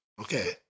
Okay